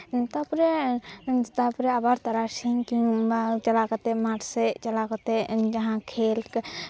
ᱛᱟᱨᱯᱚᱨᱮ ᱛᱟᱨᱯᱚᱨᱮ ᱟᱵᱟᱨ ᱛᱟᱨᱟᱥᱤᱧ ᱠᱤᱢᱵᱟ ᱪᱟᱞᱟᱣ ᱠᱟᱛᱮᱜ ᱢᱟᱴᱷ ᱥᱮᱫ ᱪᱟᱞᱟᱣ ᱠᱟᱛᱮᱜ ᱡᱟᱦᱟᱸ ᱠᱷᱮᱞ